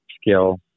skill